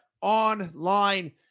Online